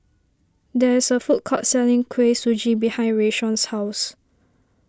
there is a food court selling Kuih Suji behind Rayshawn's house